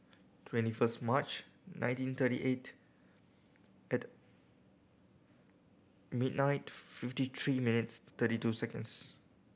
twenty first March nineteen thirty eight at midnight fifty three minutes thirty two seconds